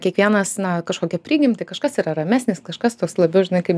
kiekvienas na kažkokią prigimtį kažkas yra ramesnis kažkas tos labiau žinai kaip